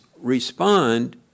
respond